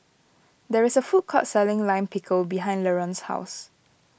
there is a food court selling Lime Pickle behind Laron's house